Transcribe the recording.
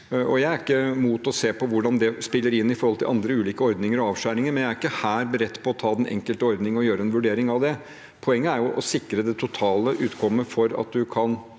Jeg er ikke mot å se på hvordan det spiller inn i forhold til andre ulike ordninger og avskjæringer, men jeg er ikke her beredt på å ta den enkelte ordning og gjøre en vurdering av den. Poenget er å sikre det totale utkommet for at man kan